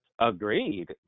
Agreed